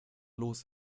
los